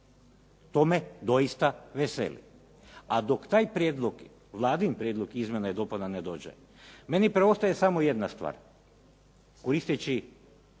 To me doista veseli. A dok taj prijedlog, Vladin prijedlog izmjena i dopuna ne dođe, meni preostaje samo jedna stvar koristeći